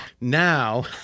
Now